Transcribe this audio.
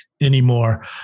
anymore